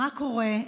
מה קורה?